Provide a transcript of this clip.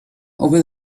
over